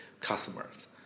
customers